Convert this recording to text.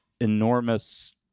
enormous